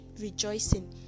rejoicing